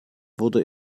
wurde